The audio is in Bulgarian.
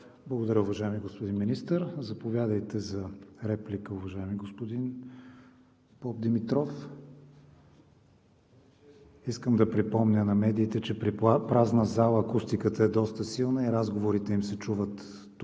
Благодаря, уважаеми господин Министър. Заповядайте за реплика, уважаеми господин Попдимитров. Искам да припомня на медиите, че при празна зала акустиката е доста силна и разговорите им се чуват тук,